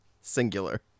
Singular